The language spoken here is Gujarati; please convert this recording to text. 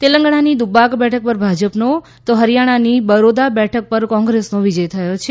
તેલંગાણાની દુબ્બાક બેઠક પર ભાજપનો તો હરિયાણાની બરોદા બેઠક પર કોંગ્રેસનો વિજય થયો છે